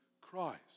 Christ